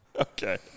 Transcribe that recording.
okay